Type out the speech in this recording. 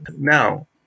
Now